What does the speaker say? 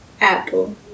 Apple